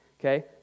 Okay